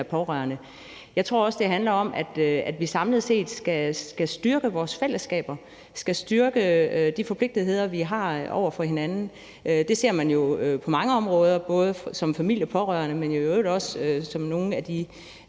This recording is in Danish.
Jeg tror også, det handler om, at vi samlet set skal styrke vores fællesskaber, skal styrke den forpligtelse, vi har over for hinanden. Det ser man jo på mange områder, både som familie og pårørende, men i øvrigt også, når vi ser nogle af de